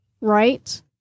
right